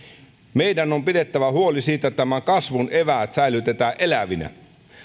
meidän on pidettävä huoli siitä että kasvun eväät säilytetään elävinä